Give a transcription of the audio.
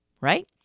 Right